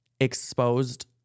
exposed